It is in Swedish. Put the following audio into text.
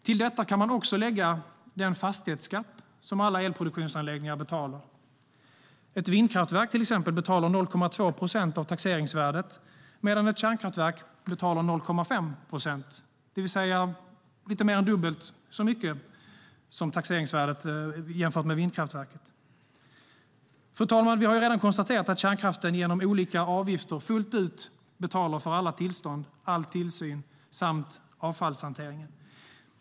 Till detta kan man lägga den fastighetsskatt som alla elproduktionsanläggningar betalar. Ett vindkraftverk, till exempel, betalar 0,2 procent av taxeringsvärdet, medan ett kärnkraftverk betalar 0,5 procent, det vill säga lite mer än dubbelt så mycket som taxeringsvärdet jämfört med vindkraftverket. Fru talman! Vi har redan konstaterat att kärnkraften genom olika avgifter fullt ut betalar för alla tillstånd, all tillsyn samt avfallshanteringen.